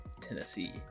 Tennessee